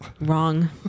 Wrong